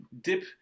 dip